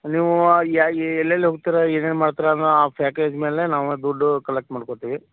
ನೀವು ಯ ಎಲ್ಲೆಲ್ಲಿ ಹೋಗ್ತೀರ ಏನೇನು ಮಾಡ್ತೀರ ಅನ್ನೋ ಆ ಪ್ಯಾಕೇಜ್ ಮೇಲೆ ನಾವು ದುಡ್ಡು ಕಲೆಕ್ಟ್ ಮಾಡ್ಕೋತೀವಿ